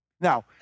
Now